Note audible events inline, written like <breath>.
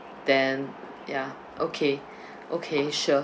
then ya okay <breath> okay sure